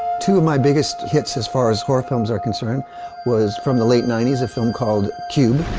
two of my biggest hits as far as horror films are concerned was from the late nineties, a film called cube.